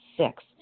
Six